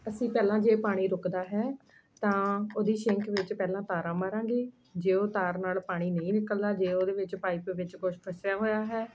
ਅਸੀਂ ਪਹਿਲਾਂ ਜੇ ਪਾਣੀ ਰੁੱਕਦਾ ਹੈ ਤਾਂ ਉਹਦੀ ਸ਼ਿੰਕ ਵਿੱਚ ਪਹਿਲਾਂ ਤਾਰਾਂ ਮਾਰਾਂਗੇ ਜੇ ਉਹ ਤਾਰ ਨਾਲ ਪਾਣੀ ਨਹੀਂ ਨਿਕਲਦਾ ਜੇ ਉਹਦੇ ਵਿੱਚ ਪਾਈਪ ਵਿੱਚ ਕੁਛ ਫਸਿਆ ਹੋਇਆ ਹੈ